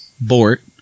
Bort